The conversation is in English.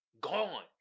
gone